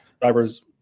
driver's